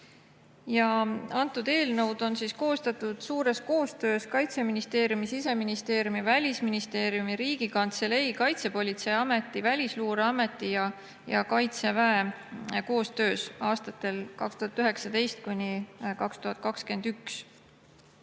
lahendused. Eelnõu on koostatud suuresti Kaitseministeeriumi, Siseministeeriumi, Välisministeeriumi, Riigikantselei, Kaitsepolitseiameti, Välisluureameti ja Kaitseväe koostöös aastatel 2019–2021.